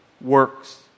works